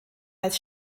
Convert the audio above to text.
als